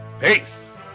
Peace